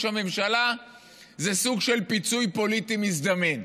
הממשלה זה סוג של פיצוי פוליטי מזדמן.